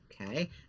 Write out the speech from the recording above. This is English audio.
okay